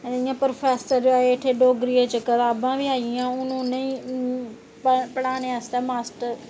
इंया प्रोफेसर आई उठे डोगरी च इंया कताबां बी आइयां हून उनेंगी पढ़ानै आस्तै मास्टर